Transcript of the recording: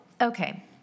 okay